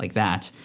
like that.